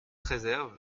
réserve